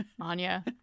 Anya